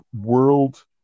world